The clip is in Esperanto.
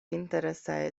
interesaj